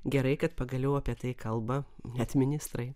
gerai kad pagaliau apie tai kalba net ministrai